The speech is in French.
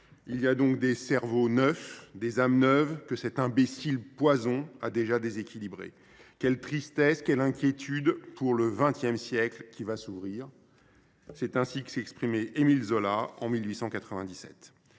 Il y a donc des cerveaux neufs, des âmes neuves, que cet imbécile poison a déjà déséquilibrés ? Quelle tristesse, quelle inquiétude, pour le XX siècle qui va s’ouvrir !» Ainsi s’exprimait Émile Zola dans